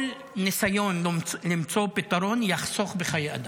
כל ניסיון למצוא פתרון יחסוך בחיי אדם.